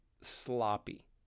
sloppy